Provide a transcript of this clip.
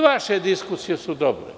Vaše diskusije su dobre.